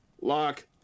lock